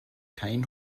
kein